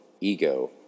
ego